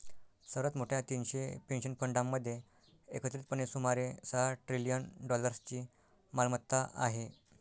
सर्वात मोठ्या तीनशे पेन्शन फंडांमध्ये एकत्रितपणे सुमारे सहा ट्रिलियन डॉलर्सची मालमत्ता आहे